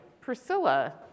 Priscilla